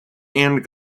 and